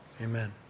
amen